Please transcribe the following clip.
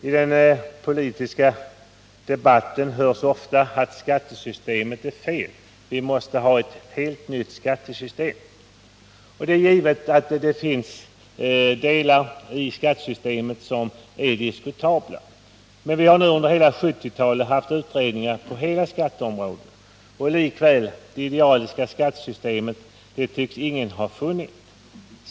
I den politiska debatten hörs ofta att skattesystemet är fel, vi måste ha ett helt nytt skattesystem. Och det är givet att det finns delar av skattesystemet som är diskutabla. Men vi har nu under 1970-talet haft utredningar på hela skatteområdet. Och likväl — det idealiska skattesystemet tycks ingen ha funnit.